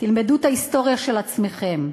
תלמדו את ההיסטוריה של עצמכם.